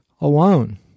alone